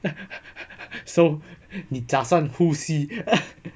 so 你打算呼吸